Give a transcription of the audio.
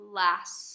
last